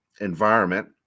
environment